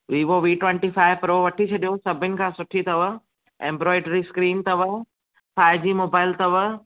Vivo one twenty five pro वठी छॾियो सभीनि खां सुठी अथव एम्ब्रोएडिरी स्क्रीन अथव फ़ाए जी मोबाइल अथव